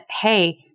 hey